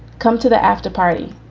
come to the after party.